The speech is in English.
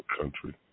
country